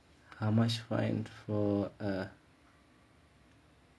how much fined for uh